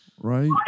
Right